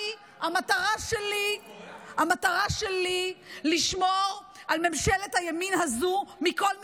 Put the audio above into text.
המטרה שלי לשמור על ממשלת הימין הזו מכל משמר.